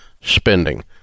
spending